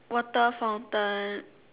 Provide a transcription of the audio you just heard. water fountain